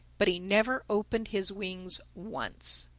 but he never opened his wings once.